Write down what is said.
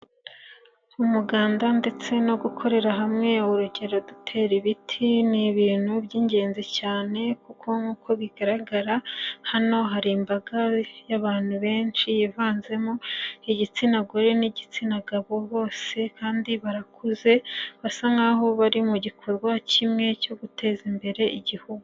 Umuganda ndetse no gukorera hamwe, urugero dutera ibiti, ni ibintu by'ingenzi cyane kuko nk'uko bigaragara, hano hari imbaga y'abantu benshi, hivanzemo igitsina gore n'igitsina gabo, bose kandi barakuze, basa nk'aho bari mu gikorwa kimwe cyo guteza imbere igihugu.